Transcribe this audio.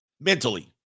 mentally